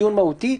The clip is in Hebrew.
דיון מהותי,